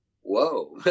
whoa